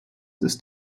ist